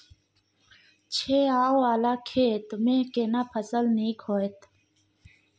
छै ॉंव वाला खेत में केना फसल नीक होयत?